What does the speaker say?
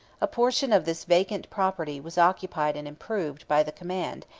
a portion of this vacant property was occupied and improved by the command,